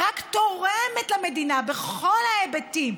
היא רק תורמת למדינה בכל ההיבטים,